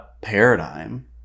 paradigm